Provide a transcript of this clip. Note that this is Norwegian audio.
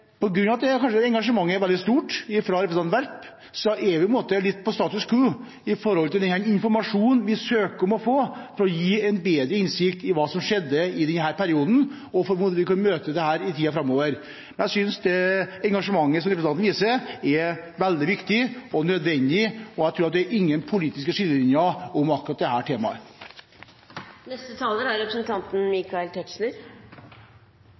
måte litt status quo når det gjelder den informasjonen vi søker om å få for å få bedre innsikt i hva som skjedde i denne perioden, og hvordan vi kan møte dette i tiden framover. Jeg synes det engasjementet representanten viser, er veldig viktig og nødvendig, og jeg tror ikke det er noen politiske skillelinjer i akkurat